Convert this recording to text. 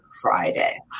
Friday